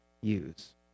use